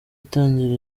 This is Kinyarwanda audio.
itangira